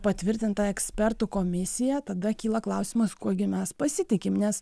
patvirtinta ekspertų komisija tada kyla klausimas kuo gi mes pasitikim nes